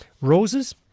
Roses